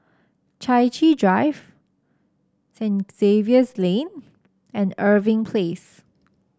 Chai Chee Drive Saint Xavier's Lane and Irving Place